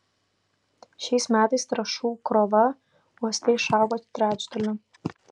šiais metais trąšų krova uoste išaugo trečdaliu